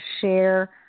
share